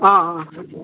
okay sir